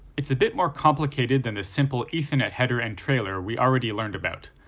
it's a bit more complicated than the simple ethernet header and trailer we already learned about,